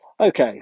okay